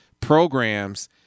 programs